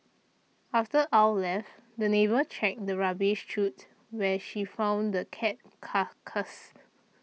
after Ow left the neighbour checked the rubbish chute where she found the cat's carcass